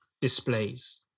displays